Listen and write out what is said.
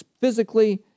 physically